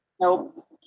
Nope